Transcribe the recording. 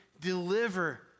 deliver